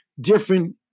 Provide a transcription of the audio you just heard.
different